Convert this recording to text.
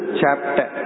chapter